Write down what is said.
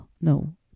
no